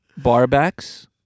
barbacks